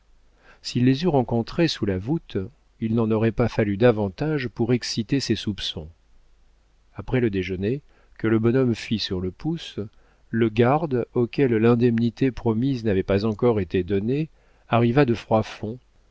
s'il les eût rencontrées sous la voûte il n'en aurait pas fallu davantage pour exciter ses soupçons après le déjeuner que le bonhomme fit sur le pouce le garde auquel l'indemnité promise n'avait pas encore été donnée arriva de froidfond